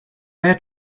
air